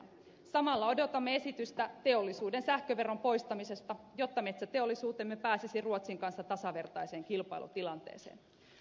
samal la odotamme esitystä teollisuuden sähköveron poistamisesta jotta metsäteollisuutemme pääsisi ruotsin kanssa tasavertaiseen kilpailutilanteeseen